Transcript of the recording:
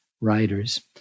writers